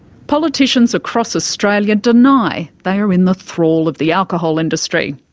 politicians across australia deny they are in the thrall of the alcohol industry.